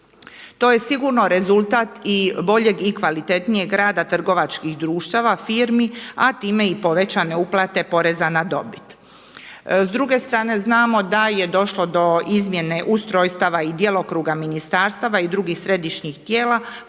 To je sigurno rezultat i boljeg i kvalitetnijeg rada trgovačkih društava, firmi a time i povećane uplate poreza na dobit. S druge strane znamo da je došlo do izmjene ustrojstava i djelokruga ministarstava i drugih središnjih tijela,